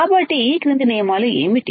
కాబట్టి ఈ క్రింది నియమాలు ఏమిటి